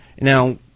Now